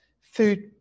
food